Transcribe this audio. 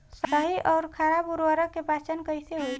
सही अउर खराब उर्बरक के पहचान कैसे होई?